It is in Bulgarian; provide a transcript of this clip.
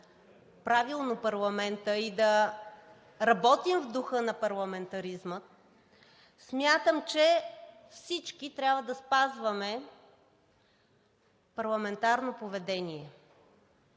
правилно парламентът и да работим в духа на парламентаризма, смятам, че всички трябва да спазваме парламентарно поведение.